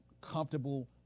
comfortable